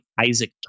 Isaac